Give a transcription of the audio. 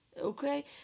okay